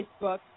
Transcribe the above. Facebook